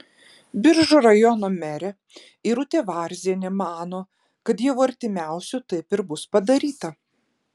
biržų rajono merė irutė varzienė mano kad jau artimiausiu taip ir bus padaryta